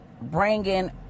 bringing